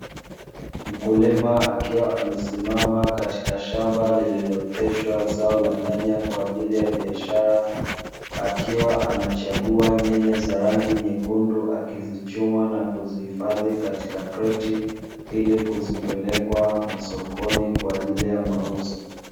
Mkulima akiwa amesima katika shamba lililooteshwa zao la nyanya kwa ajili ya biashara, akiwa anachagua nyanya za rangi nyekundu, akizichuma na kuzihifadhi katika kreti, ili kuzipeleka masokoni kwa ajili ya mauzo.